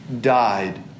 died